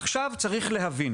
עכשיו, צריך להבין